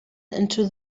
into